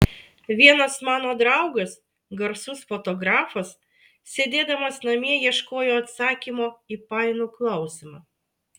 vienas mano draugas garsus fotografas sėdėdamas namie ieškojo atsakymo į painų klausimą